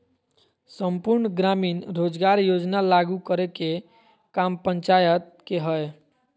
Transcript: सम्पूर्ण ग्रामीण रोजगार योजना लागू करे के काम पंचायत के हय